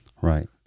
Right